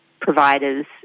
providers